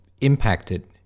impacted